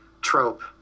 trope